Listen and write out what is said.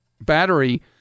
battery